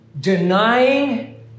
Denying